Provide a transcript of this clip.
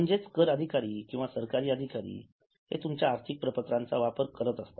म्हणजेच कर अधिकारी किंवा सरकारी अधिकारी हे तुमच्या आर्थिक प्रपत्राचा वापर करत असतात